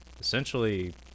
essentially